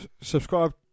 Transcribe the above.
subscribe